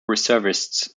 reservists